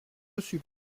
reçus